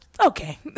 Okay